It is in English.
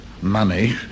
money